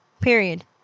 Period